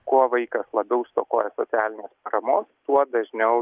kuo vaikas labiau stokoja socialinės paramos tuo dažniau